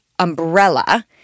Umbrella